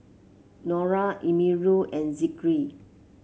Nura Amirul and Zikri